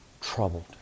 troubled